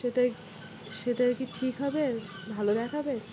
সেটাই সেটাই কি ঠিক হবে ভালো দেখাবে